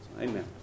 Amen